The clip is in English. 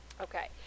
okay